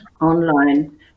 online